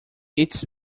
its